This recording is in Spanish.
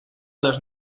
los